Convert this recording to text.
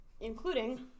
including